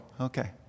Okay